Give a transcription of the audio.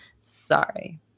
Sorry